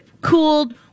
cooled